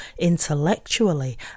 intellectually